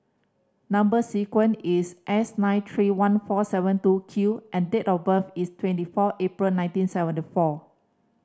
number sequence is S nine three one four seven two Q and date of birth is twenty four April nineteen seventy four